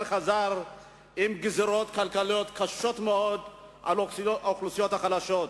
חזר עם גזירות כלכליות קשות מאוד על האוכלוסיות החלשות.